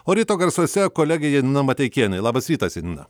o ryto garsuose kolegė janina mateikienė labas rytas janina